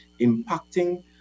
impacting